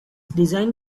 design